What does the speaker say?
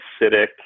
acidic